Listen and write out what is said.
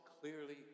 clearly